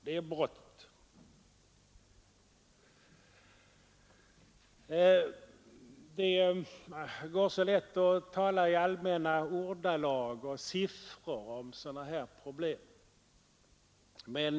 Det är brottet. Det är så lätt att tala i allmänna ordalag och med siffror om sådana här problem.